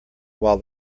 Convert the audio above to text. while